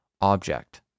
object